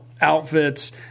outfits